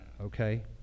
okay